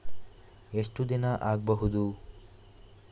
ಎಷ್ಟು ದಿನ ಆಗ್ಬಹುದು?